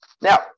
Now